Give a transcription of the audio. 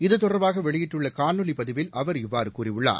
இதுதொடர்பாக வெளியிட்டுள்ள காணொலி பதிவில் அவர் இவ்வாறு கூறியுள்ளார்